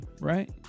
right